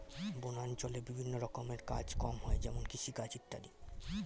বনাঞ্চলে বিভিন্ন রকমের কাজ কম হয় যেমন কৃষিকাজ ইত্যাদি